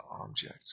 object